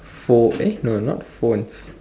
phone eh no not phones